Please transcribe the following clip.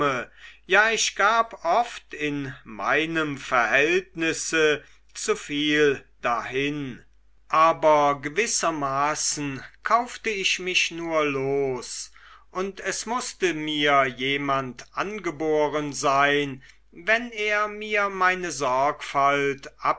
ja ich gab oft in meinem verhältnisse zu viel dahin aber gewissermaßen kaufte ich mich nur los und es mußte mir jemand angeboren sein wenn er mir meine sorgfalt